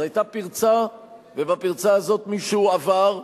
אז היתה פרצה, ובפרצה הזאת מישהו עבר,